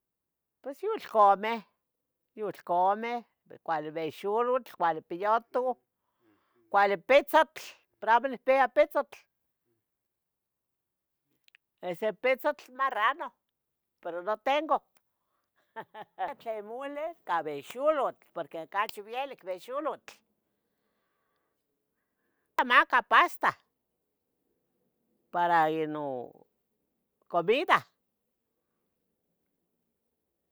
Pues yulcameh, yulcameh cu cuali behxulotl, cuali piyutoh, cuali pitzontl, pero amo nihpia potzotl, ese pitzotl marrano, pero no tengo tlen mule ca behxulotl, porque ocachi bielic behxulotl, nmacah pasta para ino comida.